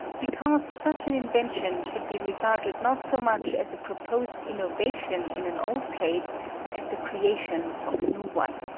because such an invention should be regarded not so much as a proposed innovation in an old trade as the creation of a new one.